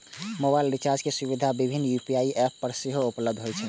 mobile recharge के सुविधा विभिन्न यू.पी.आई एप पर सेहो उपलब्ध होइ छै